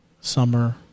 summer